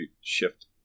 shift